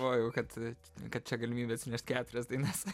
galvojau kad kad čia galimybė keturias dainas